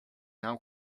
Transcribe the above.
now